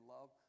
love